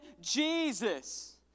Jesus